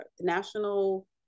national